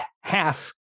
half